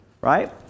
Right